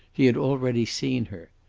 he had already seen her.